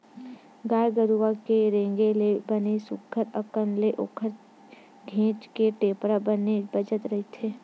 गाय गरुवा के रेगे ले बने सुग्घर अंकन ले ओखर घेंच के टेपरा बने बजत रहिथे